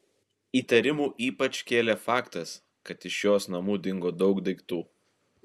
įtarimų ypač kėlė faktas kad iš jos namų dingo daug daiktų